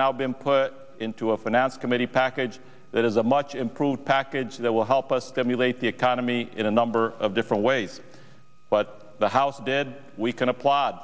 now been put into a finance committee package that is a much improved package that will help us emulate the economy in a number of different ways but the house dead we can applaud